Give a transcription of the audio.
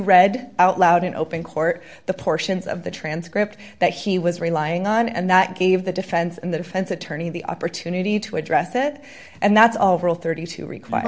read out loud in open court the portions of the transcript that he was relying on and that gave the defense and the defense attorney the opportunity to address it and that's overall thirty to require